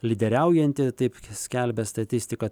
lyderiaujanti taip skelbia statistika